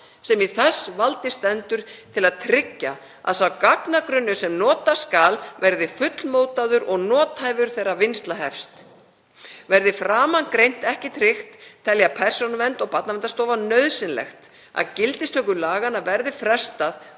sem í þess valdi stendur til að tryggja að sá gagnagrunnur sem nota skal verði fullmótaður og nothæfur þegar vinnsla hefst. Verði framangreint ekki tryggt telja Persónuvernd og Barnaverndarstofa nauðsynlegt að gildistöku laganna verði frestað